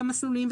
המסלולים,